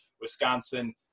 Wisconsin